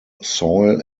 soil